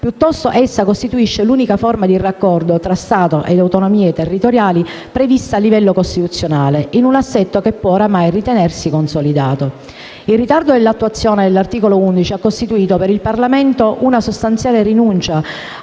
piuttosto, essa costituisce l'unica forma di raccordo fra Stato ed autonomie territoriali prevista a livello costituzionale, in un assetto che può oramai ritenersi consolidato. Il ritardo nell'attuazione dell'articolo 11 della legge costituzionale n. 3 del 2001 ha costituito per il Parlamento una sostanziale rinuncia